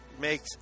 makes